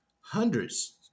hundreds